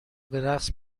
برقص